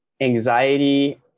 anxiety